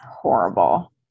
horrible